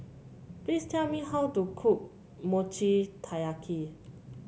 please tell me how to cook Mochi Taiyaki